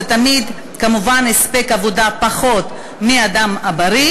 וזה תמיד כמובן הספק עבודה פחות משל אדם אחר.